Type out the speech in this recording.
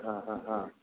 ହଁ ହଁ ହଁ